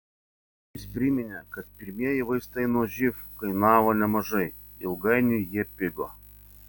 jis priminė kad pirmieji vaistai nuo živ kainavo nemažai ilgainiui jie pigo